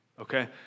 Okay